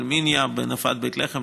אל-מיניה בנפת בית לחם,